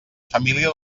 família